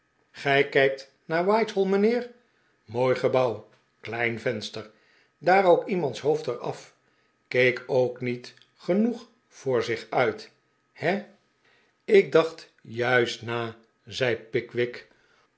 gij kijkt naar whitehall mijnheer mooi gebouw klein venster d'aar ook iemarids hoofd er af keek ook niet genoeg voor zich uit he ik dacht juist na zei pickwick